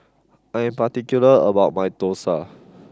I am particular about my Dosa